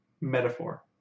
metaphor